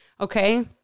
Okay